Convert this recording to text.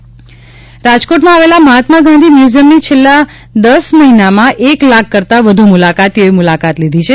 મહાત્મા Gandhi museum રાજકોટમાં આવેલા મહાત્મા ગાંધી મ્યુઝીયમની છેલ્લા દસ મહિનામાં એક લાખ કરતા વધુ મુલાકાતીઓએ મુલાકાત લીધી છે